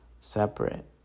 separate